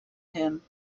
him